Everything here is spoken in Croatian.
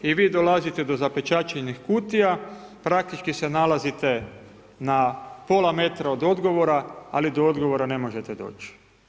I vi dolazite do zapečaćenih kutija, praktički se nalazite na pola metra od odgovora, ali do odgovora, ne možete doći.